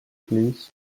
please